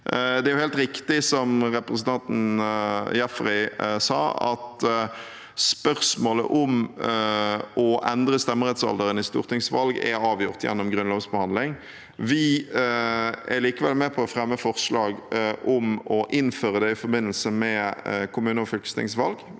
Jaffery sa, at spørsmålet om å endre stemmerettsalderen ved stortingsvalg er avgjort gjennom grunnlovsbehandling. Vi er likevel med på å fremme forslag om å innføre det i forbindelse med kommune- og fylkestingsvalg.